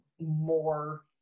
more